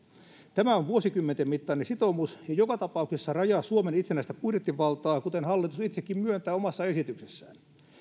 tämä on vuosikymmenten mittainen sitoumus ja joka tapauksessa rajaa suomen itsenäistä budjettivaltaa kuten hallitus itsekin myöntää omassa esityksessään